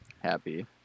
happy